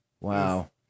Wow